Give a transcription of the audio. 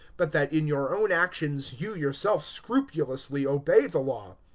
but that in your own actions you yourself scrupulously obey the law.